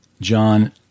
John